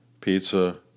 pizza